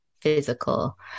physical